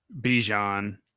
Bijan